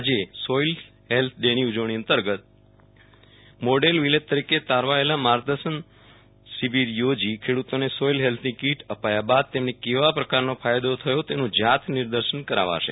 આજે soil health ડેની ઉજવણી અંતર્ગત મોડેલ વિલેજ તરીકે તારવાયેલા માર્ગદર્શક શિબિર યોજી ખેડૂતોને સોઈલ હેલ્થની કિટ અપાયા બાદ તેમને કેવા પ્રકારનો ફાયદો થયો તેનું જાત નિદર્શન કરાવાશે